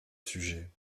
sujet